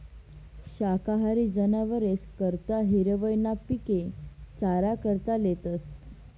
शाकाहारी जनावरेस करता हिरवय ना पिके चारा करता लेतस